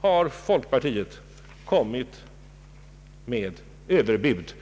har folkpartiet lagt fram Ööverbud.